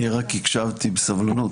אני רק הקשבתי בסבלנות,